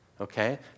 okay